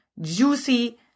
juicy